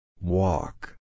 Walk